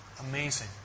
Amazing